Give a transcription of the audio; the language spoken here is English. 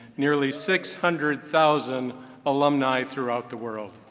nearly six hundred thousand alumni throughout the world.